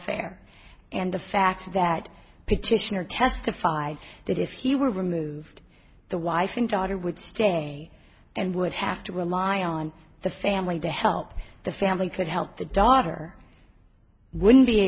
fare and the fact that petitioner testified that if he were removed the wife and daughter would stay and would have to rely on the family to help the family could help the daughter wouldn't be